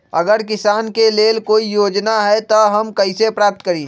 अगर किसान के लेल कोई योजना है त हम कईसे प्राप्त करी?